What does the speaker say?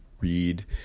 read